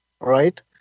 right